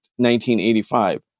1985